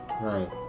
Right